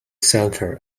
centre